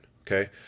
okay